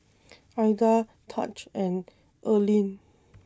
Aida Tahj and Erline